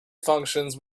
functions